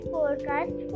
Forecast